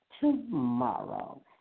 tomorrow